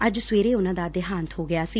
ਅੱਜ ਸਵੇਰੇ ਉਨੁਾ ਦਾ ਦੇਹਾਂਤ ਹੋ ਗਿਆ ਸੀ